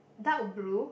dark blue